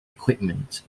equipment